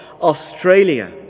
Australia